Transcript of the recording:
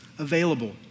Available